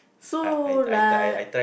so like